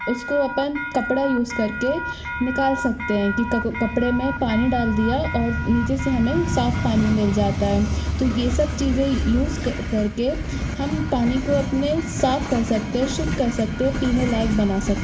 उसको अपन कपड़ा यूज़ कर के निकाल सकते है कि कपड़े में पानी डाल दिया और निचे से हमें साफ़ पानी मिल जाता हैं तो ये सब चीज़ें यूज़ करके हम पानी को अपने साफ़ कर सकते है शुद्ध कर सकते हैं पीने लायक़ बना सक